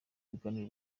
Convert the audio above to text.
biganiro